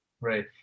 right